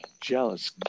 jealous